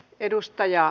kiitoksia